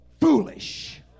foolish